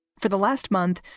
for the last month,